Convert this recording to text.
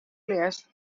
lists